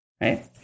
right